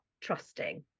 trusting